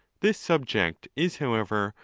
this subject is, however,